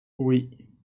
oui